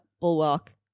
Bulwark